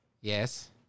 Yes